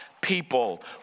people